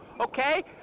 Okay